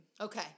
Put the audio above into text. Okay